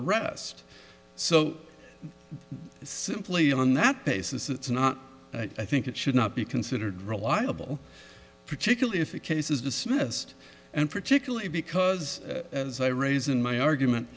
arrest so simply on that basis it's not i think it should not be considered reliable particularly if a case is dismissed and particularly because as i raise in my argument